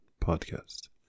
Podcast